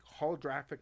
holographic